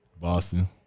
Boston